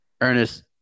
Ernest